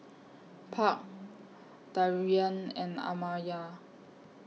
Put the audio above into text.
Park Darrian and Amaya